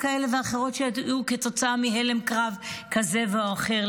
כאלה ואחרות שהיו כתוצאה מהלם קרב כזה ואחר,